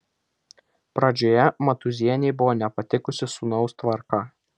pradžioje matūzienei buvo nepatikusi sūnaus tvarka